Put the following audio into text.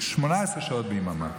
18 שעות ביממה,